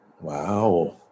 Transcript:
Wow